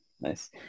Nice